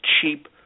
cheap